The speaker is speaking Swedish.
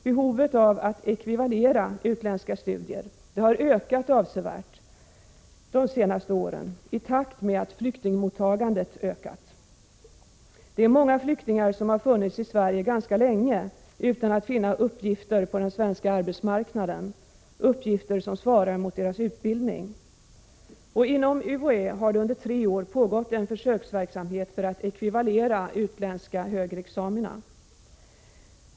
Behovet av att ekvivalera utländska studier har ökat avsevärt de senaste åren i takt med att flyktingmottagandet har ökat. Många flyktingar har funnits i Sverige ganska länge utan att finna uppgifter på den svenska arbetsmarknaden som svarar mot deras utbildning. Inom UHÄ har under tre år pågått en försöksverksamhet för att ekvivalera utländska högre examina.